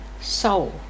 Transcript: soul